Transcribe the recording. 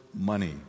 money